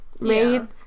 made